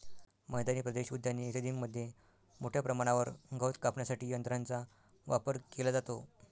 मैदानी प्रदेश, उद्याने इत्यादींमध्ये मोठ्या प्रमाणावर गवत कापण्यासाठी यंत्रांचा वापर केला जातो